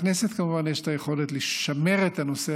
לכנסת כמובן יש את היכולת לשמר את הנושא